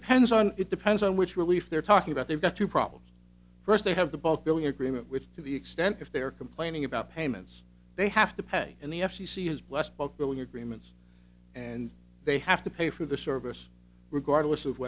depends on it depends on which relief they're talking about they've got two problems first they have the bulk billing agreement which to the extent if they're complaining about payments they have to pay and the f c c has blessed bulk billing agreements and they have to pay for the service regardless of